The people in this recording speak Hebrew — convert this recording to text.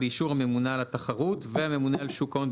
באישור הממונה על התחרות והממונה על שוק ההון,